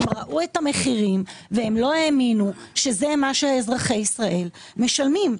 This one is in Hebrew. הם ראו את המחירים ולא האמינו שזה מה שאזרחי ישראל משלמים.